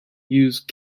used